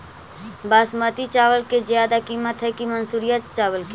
बासमती चावल के ज्यादा किमत है कि मनसुरिया चावल के?